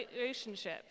relationship